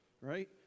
Right